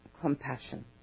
compassion